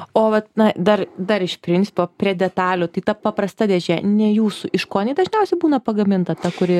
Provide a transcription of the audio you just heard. o vat na dar dar iš principo prie detalių tai ta paprasta dėžė ne jūsų iš ko jinai dažniausiai būna pagaminta ta kuri